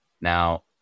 Now